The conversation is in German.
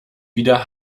wieder